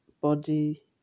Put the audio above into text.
body